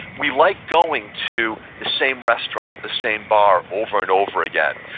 we like going to the same restaurant, the same bar, over and over again.